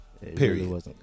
Period